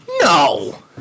No